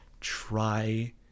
try